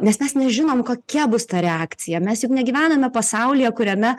nes mes nežinom kokia bus ta reakcija mes juk negyvename pasaulyje kuriame